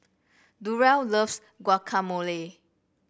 Durell loves Guacamole